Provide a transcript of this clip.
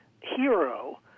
hero